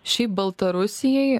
šiaip baltarusijai